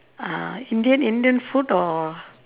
uh indian indian food or